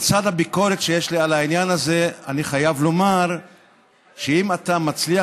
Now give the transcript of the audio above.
בצד הביקורת שיש לי על העניין הזה אני חייב לומר שאם אתה מצליח